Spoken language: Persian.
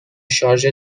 شارژر